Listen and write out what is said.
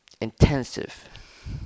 intensive